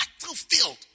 battlefield